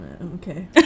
Okay